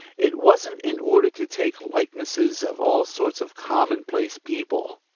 it wasn't in order to take likenesses of all sorts of commonplace people.